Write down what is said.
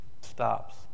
Stops